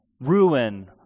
ruin